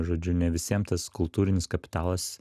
žodžiu ne visiem tas kultūrinis kapitalas